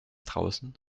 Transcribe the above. draußen